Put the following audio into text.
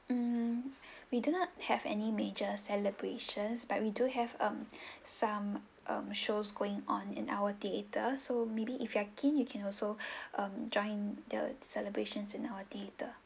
um we do not have any major celebrations but we do have um some um shows going on in our theatre so maybe if you are keen you can also um join the celebrations in our theatre